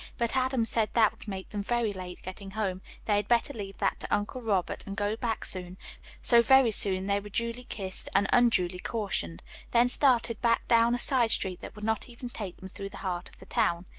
but adam said that would make them very late getting home, they had better leave that to uncle robert and go back soon so very soon they were duly kissed and unduly cautioned then started back down a side street that would not even take them through the heart of the town.